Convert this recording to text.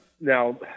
Now